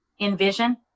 envision